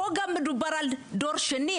מדובר גם על דור שני,